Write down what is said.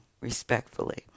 respectfully